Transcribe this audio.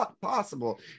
possible